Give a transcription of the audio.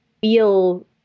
feel